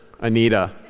Anita